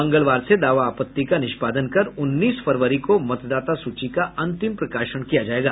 मंगलवार से दावा आपत्ति का निष्पादन कर उन्नीस फरवरी को मतदाता सूची का अंतिम प्रकाशन किया जायेगा